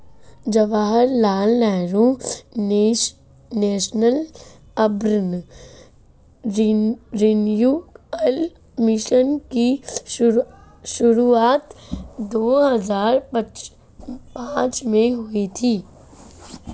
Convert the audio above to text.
Jawaharlal Nehru national urban renewal mission की शुरुआत दो हज़ार पांच में हुई थी